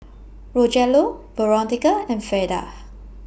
Rogelio Veronica and Fleda